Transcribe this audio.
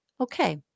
okay